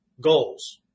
goals